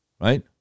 right